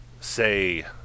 say